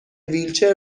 ویلچر